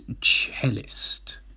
Cellist